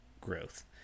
growth